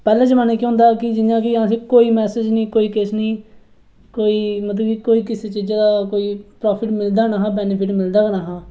पैह्ले जमाने केह् होंदा हा जि'यां किअस कोई मैसेज निं कोई किश निं कोई मतलब कि कोई किसै चीजा दा प्राफिट मिलदा नेहा बैनिफिट मिलदा नेहा